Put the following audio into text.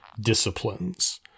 disciplines